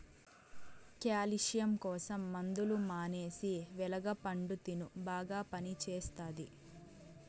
calcium కోసం మందులు మానేసి వెలగ పండు తిను బాగా పనిచేస్తది